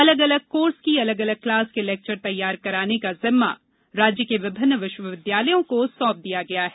अलग अलग कोर्स की अलग अलग क्लास के लेक्चर तैयार कराने का जिम्मा सभी राज्य के विभिन्न विश्वविद्यालयों को सौंपा गया है